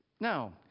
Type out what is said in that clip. Now